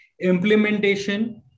Implementation